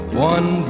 One